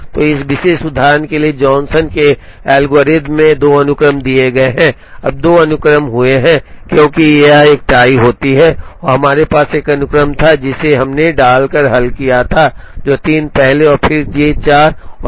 तो इस विशेष उदाहरण के लिए जॉनसन के एल्गोरिथ्म में 2 अनुक्रम दिए गए हैं अब 2 अनुक्रम हुए हैं क्योंकि एक टाई यहां होती है और हमारे पास एक अनुक्रम था जिसे हमने डालकर हल किया जे 3 पहले और फिर जे 4 और दूसरा अनुक्रम डालकर